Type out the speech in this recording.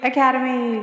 Academy